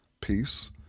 peace